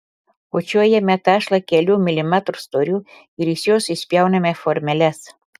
kočiojame tešlą kelių milimetrų storiu ir iš jos išpjauname formeles